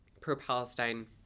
pro-Palestine